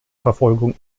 verfolgung